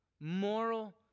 moral